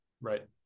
Right